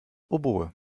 oboe